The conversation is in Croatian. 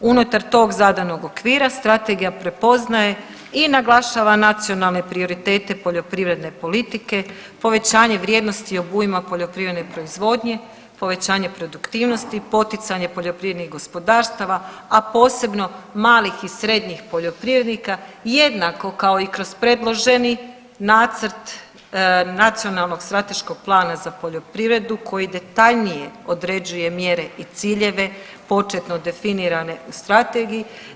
Unutar tog zadanog okvira strategija prepoznaje i naglašava nacionalne prioritete poljoprivredne politike, povećanje vrijednosti obujma poljoprivredne proizvodnje, povećanja produktivnosti, poticanje poljoprivrednih gospodarstava, a posebno malih i srednjih poljoprivrednika jednako kao i kroz predloženi nacrt Nacionalnog strateškog plana za poljoprivrednu koji detaljnije određuje mjere i ciljeve početno definirane u strategiji.